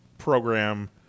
program